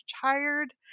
tired